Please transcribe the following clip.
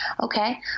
okay